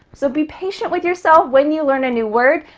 so be patient with yourself when you learn a new word.